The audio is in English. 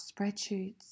spreadsheets